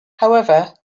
however